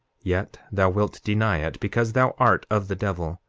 yet thou wilt deny it, because thou art of the devil.